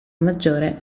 maggiore